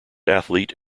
athlete